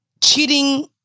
cheating